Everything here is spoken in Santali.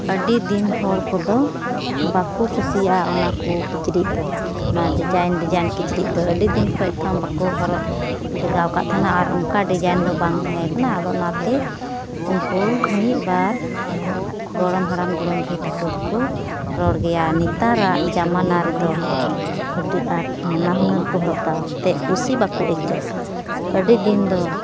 ᱟᱹᱰᱤᱫᱤᱱ ᱦᱚᱲ ᱠᱚᱫᱚ ᱵᱟᱠᱚ ᱠᱩᱥᱤᱭᱟᱜᱼᱟ ᱚᱱᱟ ᱠᱚ ᱠᱤᱪᱨᱤᱡ ᱫᱚ ᱚᱱᱟ ᱰᱤᱡᱟᱭᱤᱱ ᱰᱤᱡᱟᱭᱤᱱ ᱠᱤᱪᱨᱤᱡ ᱫᱚ ᱟᱹᱰᱤᱫᱤᱱ ᱠᱷᱚᱡ ᱵᱟᱠᱚ ᱦᱚᱨᱚᱜᱽ ᱞᱮᱜᱟ ᱠᱟᱜ ᱛᱟᱦᱮᱱᱟ ᱟᱨ ᱚᱱᱠᱟ ᱰᱤᱡᱟᱭᱤᱱ ᱫᱚ ᱵᱟᱝ ᱛᱟᱦᱮᱸ ᱠᱟᱱᱟ ᱟᱫᱚ ᱚᱱᱟᱛᱮ ᱩᱱᱠᱩ ᱢᱤᱫᱵᱟᱨ ᱜᱚᱲᱚᱢ ᱦᱟᱲᱟᱢ ᱜᱚᱲᱚᱢ ᱵᱩᱲᱦᱤ ᱛᱟᱠᱚ ᱫᱚᱠᱚ ᱨᱚᱲ ᱜᱮᱭᱟ ᱱᱮᱛᱟᱨᱟᱜ ᱡᱟᱢᱟᱱᱟ ᱨᱮᱫᱚ ᱟᱹᱰᱤ ᱟᱸᱴ ᱱᱟᱱᱟ ᱦᱩᱱᱟᱹᱨ ᱠᱚ ᱦᱚᱨᱚᱜᱫᱟ ᱠᱟᱹᱡ ᱠᱩᱥᱤ ᱵᱟᱠᱚ ᱟᱹᱭᱠᱟᱹᱣᱟ ᱟᱹᱰᱤ ᱫᱤᱱ ᱫᱚ